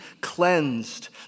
cleansed